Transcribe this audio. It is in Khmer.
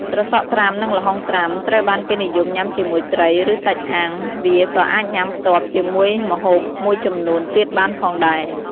ត្រសក់ត្រាំ និងល្ហុងត្រាំ ត្រូវបានគេនិយមញ៉ាំជាមួយត្រី ឬ សាច់អាំង វាក៏អាចញុំាផ្ទាប់ជាមួយម្ហូបមួយចំនួនទៀតបានផងដែរ។